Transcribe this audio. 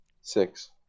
Six